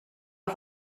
auf